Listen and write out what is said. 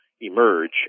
emerge